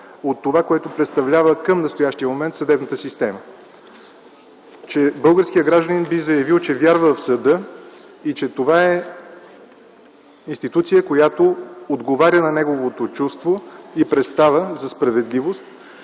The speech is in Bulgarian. от това, което представлява към настоящия момент съдебната система, че българският гражданин би заявил, че вярва в съда и че това е институция, която отговаря на неговото чувство и представа за справедливост,